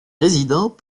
résident